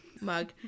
mug